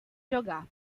jogar